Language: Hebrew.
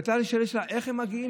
הייתה לי שאלה: איך הם מגיעים?